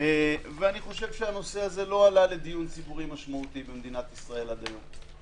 אני חושב שהנושא הזה לא עלה לדיון ציבורי משמעותי במדינת ישראל עד היום.